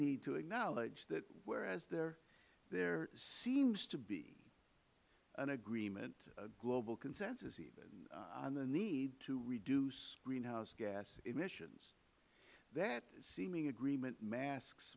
need to acknowledge that whereas there seems to be an agreement a global consensus even on the need to reduce greenhouse gas emissions that seeming agreement masks